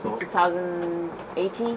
2018